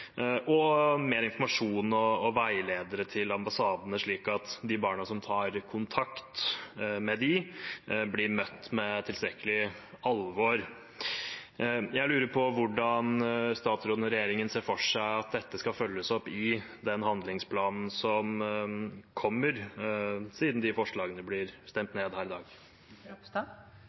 og mer informasjon og veiledere til ambassadene, slik at de barna som tar kontakt med dem, blir møtt med tilstrekkelig alvor. Jeg lurer på hvordan statsråden og regjeringen ser for seg at dette skal følges opp i den handlingsplanen som kommer, siden de forslagene blir stemt ned her i dag.